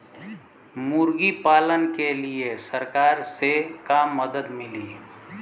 मुर्गी पालन के लीए सरकार से का मदद मिली?